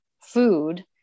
food